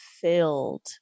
filled